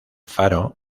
faro